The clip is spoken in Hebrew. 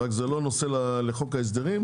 זה לא נושא לחוק ההסדרים,